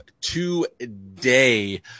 today